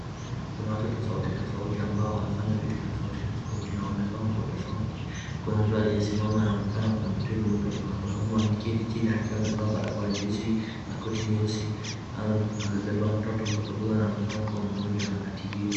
Kuna watu tofauti tofauti ambao wanafanya vitu tofauti tofauti na wamevaa nguo tofauti, kuna mtu aliyesimama anaonekana kumtibu mtoto na kuna mama ameketi chini akiwa amevaa barakoa nyeusi na koti nyeusi. Anaonekana amebeba mtoto, mtoto huyu anaonekana kuwa mgonjwa na anatibiwa.